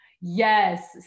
Yes